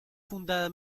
fundada